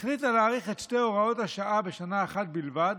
החליטה להאריך את שתי הוראות השעה בשנה אחת בלבד,